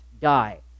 die